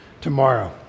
tomorrow